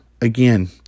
again